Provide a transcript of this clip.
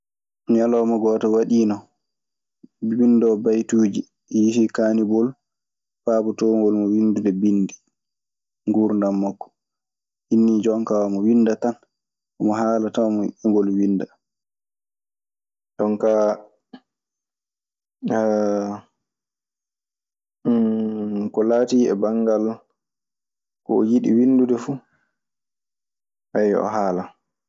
Ñalawma gooto waɗiino, bindooɗo baytuuji yii kaanibol paabotoongol mo winndude bindi nguurndam makko. O hinnii jonkaa omo winda tan, omo haala tan e ngol winnda. Ɗum ka, ko laati e banngal ko yiɗi winndude fu, ayyo o haalan.